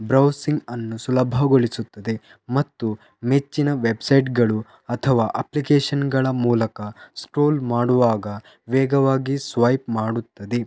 ಬ್ರೌಸಿಂಗನ್ನು ಸುಲಭಗೊಳಿಸುತ್ತದೆ ಮತ್ತು ನೆಚ್ಚಿನ ವೆಬ್ಸೈಟ್ಗಳು ಅಥವಾ ಅಪ್ಲಿಕೇಶನ್ಗಳ ಮೂಲಕ ಸ್ಕ್ರೋಲ್ ಮಾಡುವಾಗ ವೇಗವಾಗಿ ಸ್ವೈಪ್ ಮಾಡುತ್ತದೆ